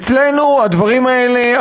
אצלנו הדברים האלה,